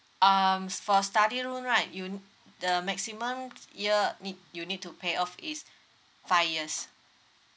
um so for study loan right you'll the maximum year need you need to pay off is five years